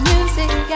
Music